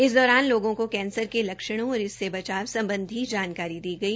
इस दौरान लोगो को कैंसर के लक्षणों और इससे बचाव संबंधी जानकारी दी गई